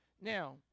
Now